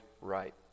right